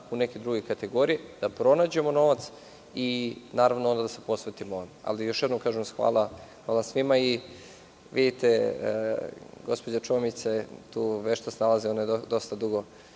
u neke druge kategorije, da pronađemo novac i, naravno, onda da se posvetimo ovome. Još jednom kažem, hvala svima. Gospođa Čomić se tu vešto snalazi, ona je dosta dugo